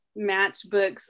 matchbooks